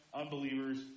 Unbelievers